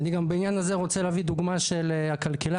אני גם בעניין הזה רוצה להביא דוגמה של הכלכלן